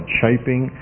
shaping